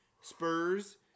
Spurs